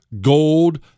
Gold